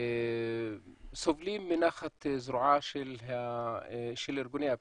סובלים מנחת זרועם של ארגוני הפשיעה.